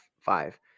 five